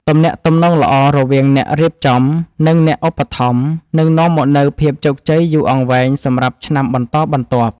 ទំនាក់ទំនងល្អរវាងអ្នករៀបចំ និង អ្នកឧបត្ថម្ភនឹងនាំមកនូវភាពជោគជ័យយូរអង្វែងសម្រាប់ឆ្នាំបន្តបន្ទាប់។